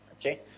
Okay